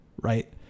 right